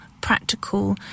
practical